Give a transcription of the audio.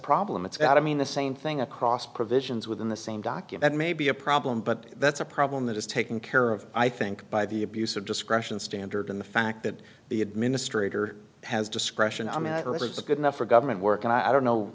problem it's that i mean the same thing across provisions within the same document may be a problem but that's a problem that is taken care of i think by the abuse of discretion standard and the fact that the administrator has discretion i'm not sure it's good enough for government work and i don't know